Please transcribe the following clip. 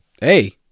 Hey